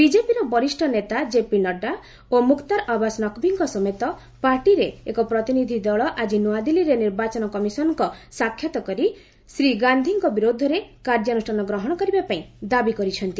ବିଜେପିର ବରିଷ୍ଣ ନେତା ଜେପି ନାଡ୍ଯା ଓ ମୁକ୍ତାର ଆବାସ ନକ୍ଭିଙ୍କ ସମେତ ପାର୍ଟିରେ ଏକ ପ୍ରତିନିଧିଦଳ ଆଜି ନୂଆଦିଲ୍ଲୀରେ ନିର୍ବାଚନ କମିଶନଙ୍କ ସାକ୍ଷାତ କରି ଶ୍ରୀ ଗାନ୍ଧୀଙ୍କ ବିରୋଧରେ କାର୍ଯ୍ୟାନ୍ରଷାନ ଗ୍ରହଣ କରିବା ପାଇଁ ଦାବି କରିଛନ୍ତି